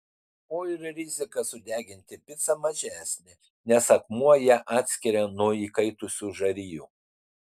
o ir rizika sudeginti picą mažesnė nes akmuo ją atskiria nuo įkaitusių žarijų